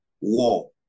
war